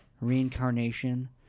reincarnation